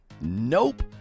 Nope